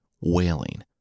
wailing